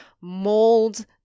mold